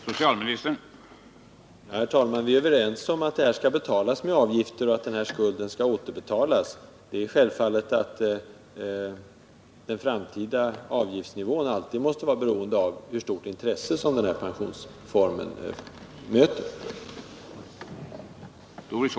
He, talman! Vi är överens om att delpensionsförsäkringen skall betalas med avgifter och att skulden skall återbetalas. Och det är klart att den framtida avgiftsnivån alltid måste vara beroende av hur stort intresse det finns för denna form av pensionering.